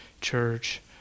church